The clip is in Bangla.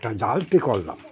একটা জালটি করলাম